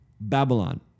Babylon